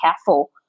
careful